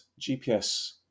gps